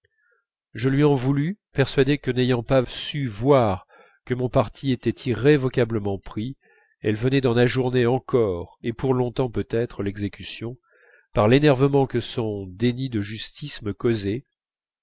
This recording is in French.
je lui en voulus persuadé que n'ayant pas su que mon parti était irrévocablement pris elle venait d'en ajourner encore et pour longtemps peut-être l'exécution par l'énervement que son déni de justice me causait